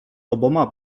oboma